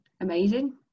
amazing